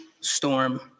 storm